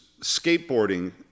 skateboarding